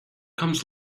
comes